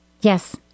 Yes